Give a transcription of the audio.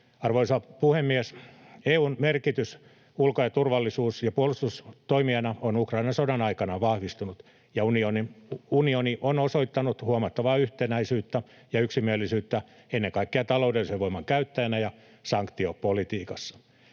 Arvoisa puhemies! EU:n merkitys ulko-, turvallisuus- ja puolustustoimijana on Ukrainan sodan aikana vahvistunut, ja unioni on osoittanut huomattavaa yhtenäisyyttä ja yksimielisyyttä ennen kaikkea taloudellisen voiman käyttäjänä ja sanktiopolitiikassa.